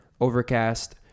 Overcast